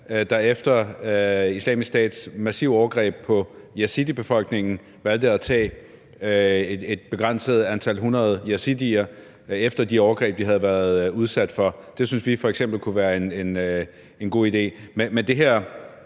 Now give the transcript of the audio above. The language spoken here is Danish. der efter Islamisk Stats massive overgreb på yazidibefolkningen valgte at tage et begrænset antal hundrede yazidier efter de overgreb, de havde været udsat for. Det synes vi f.eks. kunne være en god idé.